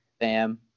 Bam